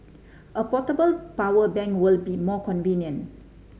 a portable power bank will be more convenient